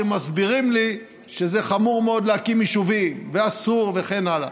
שמסבירים לי שזה חמור מאוד להקים יישובים ואסור וכן הלאה.